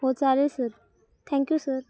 हो चालेल sir thank you sir